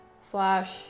slash